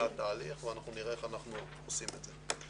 זה התהליך ואנחנו נראה איך אנחנו עושים את זה.